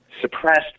suppressed